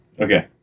okay